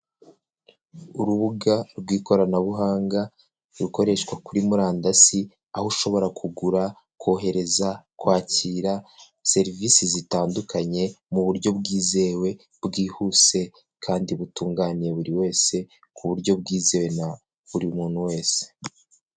Urubuga rw'ikoranabuhanga rukoreshwa kuri murandasi, aho ushobora kugura, kohereza, kwakira serivisi zitandukanye mu buryo bwizewe, bwihuse, kandi butunganye buri wese, ku buryo bwizewe na buri muntu wese.